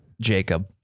Jacob